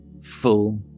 full